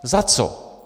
Za co?